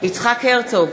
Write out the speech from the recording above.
יצחק הרצוג,